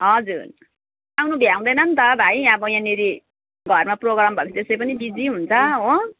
हजुर आउनु भ्याउँदैन नि त भाइ अब यहाँनिर घरमा प्रोग्राम भयो भने त्यसै पनि बिजी हुन्छ हो